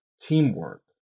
teamwork